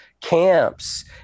camps